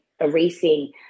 erasing